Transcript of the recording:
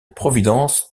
providence